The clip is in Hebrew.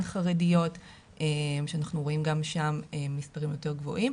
חרדיות אנחנו רואים גם שם מספרים יותר גבוהים.